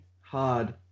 hard